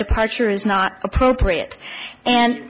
departure is not appropriate and